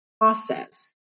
process